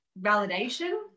validation